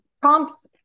Prompts